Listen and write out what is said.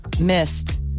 missed